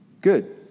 Good